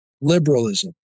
liberalism